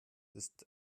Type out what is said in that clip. ist